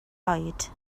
oed